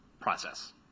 process